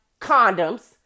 condoms